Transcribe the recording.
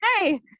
Hey